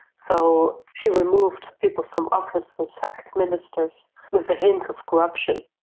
so she removed people from office and sacked ministers with a hint of corruption.